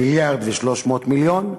מיליארד ו-300 מיליון,